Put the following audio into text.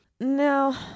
Now